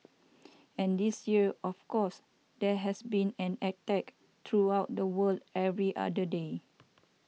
and this year of course there has been an attack throughout the world every other day